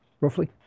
roughly